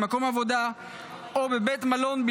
במקום עבודה או בבית מלון,